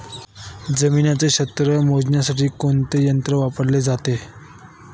जमिनीचे क्षेत्र मोजण्यासाठी कोणते यंत्र वापरले जाते?